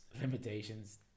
limitations